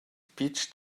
peach